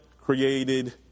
created